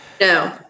No